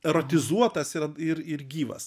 erotizuotas ir ir gyvas